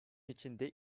içinde